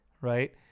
right